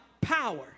power